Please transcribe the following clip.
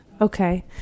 Okay